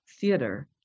theater